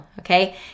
Okay